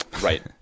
Right